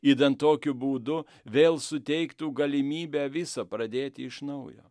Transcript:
idant tokiu būdu vėl suteiktų galimybę visa pradėti iš naujo